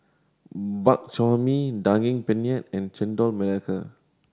Bak Chor Mee Daging Penyet and Chendol Melaka